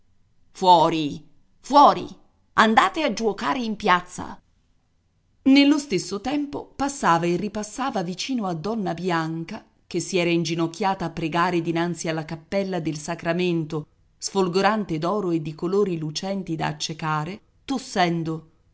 fuori fuori andate a giuocare in piazza nello stesso tempo passava e ripassava vicino a donna bianca che si era inginocchiata a pregare dinanzi alla cappella del sacramento sfolgorante d'oro e di colori lucenti da accecare tossendo